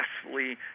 successfully